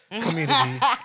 community